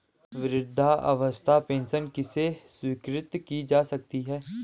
वृद्धावस्था पेंशन किसे स्वीकृत की जा सकती है?